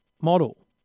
model